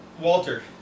Walter